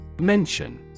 Mention